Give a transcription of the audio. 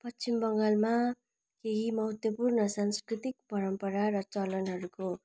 पश्चिम बङ्गालमा केही महत्त्वपूर्ण सांस्कृतिक परम्परा र चलनहरूको